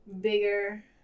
bigger